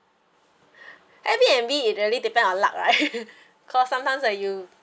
airbnb it really depend on luck right cause sometimes like you